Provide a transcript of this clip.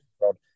world